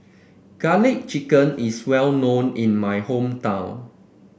garlic chicken is well known in my hometown